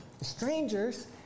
strangers